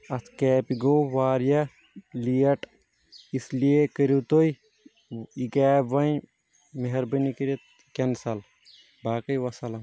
اتھ کیبہِ گوٚو واریاہ لیٹ اس لیے کٔرو تُہۍ یہِ کیب وۄنۍ مہربٲنی کٔرِتھ کینٛسل باقٕے والسلام